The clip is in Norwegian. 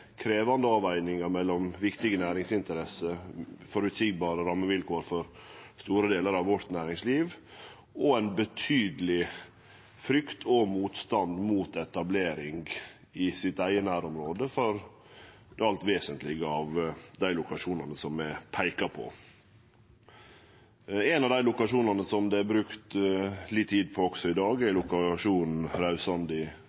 krevjande avvegingar mellom viktige næringsinteresser, føreseielege rammevilkår for store delar av næringslivet vårt og betydeleg frykt og motstand mot etablering i eige nærområde for det alt vesentlege av dei lokasjonane som er peika på. Ein av dei lokasjonane som det er brukt litt tid på også i dag, er